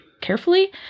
carefully